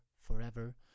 forever